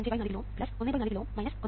5 4 kilo Ω 1 4 kilo Ω 1